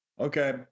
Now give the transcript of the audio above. Okay